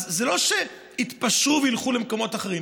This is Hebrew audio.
אז זה לא שיתפשרו וילכו למקומות אחרים.